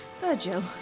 Virgil